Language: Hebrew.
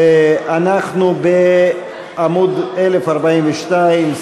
אנחנו בעמוד 1042,